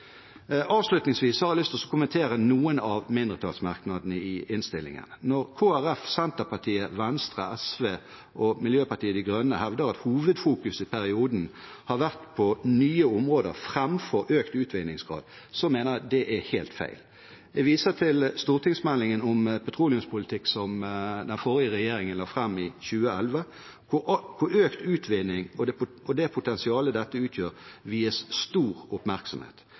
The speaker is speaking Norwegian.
Så har jeg lyst til å kommentere noen av mindretallsmerknadene i innstillingen. Når Kristelig Folkeparti, Senterpartiet, Venstre, SV og Miljøpartiet De Grønne hevder at hovedfokuset i perioden har vært på nye områder framfor økt utvinningsgrad, mener jeg at det er helt feil. Jeg viser til stortingsmeldingen om petroleumspolitikk, som den forrige regjeringen la fram i 2011, hvor økt utvinning og det potensialet dette utgjør, vies stor oppmerksomhet.